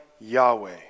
Yahweh